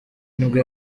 nibwo